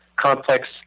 complex